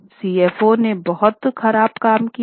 CFO ने बहुत खराब काम किया था